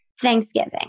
Thanksgiving